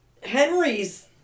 Henry's